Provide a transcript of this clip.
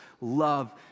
love